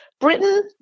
Britain